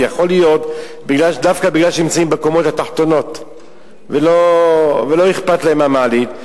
יכול להיות דווקא בגלל שנמצאים בקומות התחתונות ולא אכפת להם מהמעלית,